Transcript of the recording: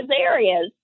areas